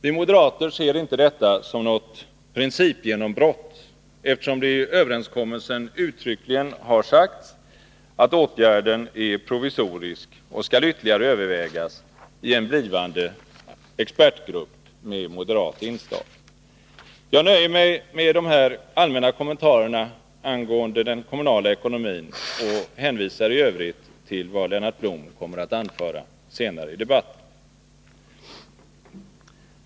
Vi moderater ser inte detta som något principgenombrott, eftersom det i överenskommelsen uttryckligen har sagts att åtgärden är provisorisk och skall ytterligare övervägas i en blivande expertgrupp med moderat inslag. Jag nöjer mig med dessa allmänna kommentarer angående den kommunala ekonomin och hänvisar i övrigt till vad Lennart Blom kommer att anföra senare i debatten.